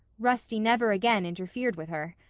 rusty never again interfered with her.